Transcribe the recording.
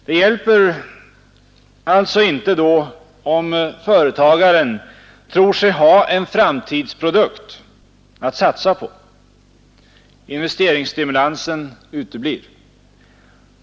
Det hjälper alltså inte om företagaren tror sig ha en framtidsprodukt att satsa på. Investeringsstimulansen uteblir.